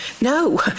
No